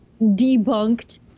debunked